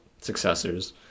successors